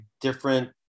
different